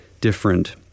different